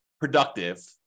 productive